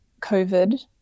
COVID